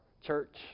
church